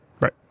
Right